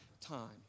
time